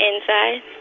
inside